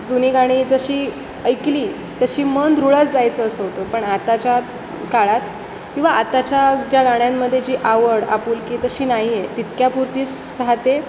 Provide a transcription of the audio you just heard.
जुनी गाणी जशी ऐकली तशी मन रुळत जायचं असं होतं पण आताच्या काळात किंवा आताच्या ज्या गाण्यांमध्ये जी आवड आपुलकी तशी नाही आहे तितक्यापुरतीच राहते